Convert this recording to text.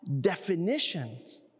definitions